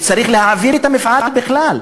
צריך להעביר את המפעל בכלל,